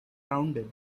rounded